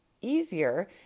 easier